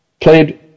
played